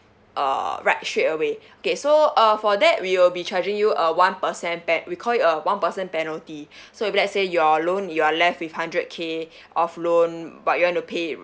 uh right straight away okay so uh for that we will be charging you a one percent pen~ we call it a one percent penalty so if let's say your loan you're left with hundred K of loan but you want to pay